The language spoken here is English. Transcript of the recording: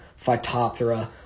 Phytophthora